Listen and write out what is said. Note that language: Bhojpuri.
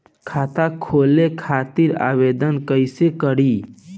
खाता खोले खातिर आवेदन कइसे करी?